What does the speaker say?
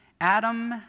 Adam